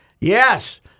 Yes